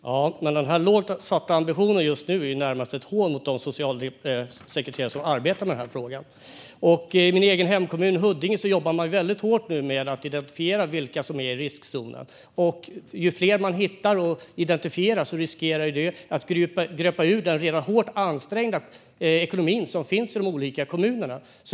Herr talman! Den lågt satta ambitionen är närmast ett hån mot de socialsekreterare som arbetar med frågan. I min egen hemkommun, Huddinge, jobbar man väldigt hårt nu med att identifiera vilka som är i riskzonen. Ju fler man hittar och identifierar, desto större är risken att det gröper ur kommunernas redan hårt ansträngda ekonomi.